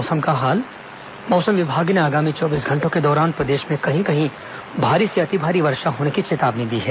मौसम मौसम विभाग ने आगामी चौबीस घंटों के दौरान प्रदेश में कहीं कहीं भारी से अतिभारी वर्षा होने की चेतावनी दी है